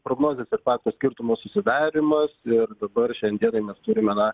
prognozės ir fakto skirtumo susidarymas ir dabar šiandienai mes turime na